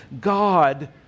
God